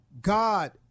God